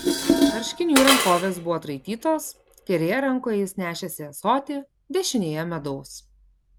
marškinių rankovės buvo atraitytos kairėje rankoje jis nešėsi ąsotį dešinėje medaus